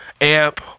amp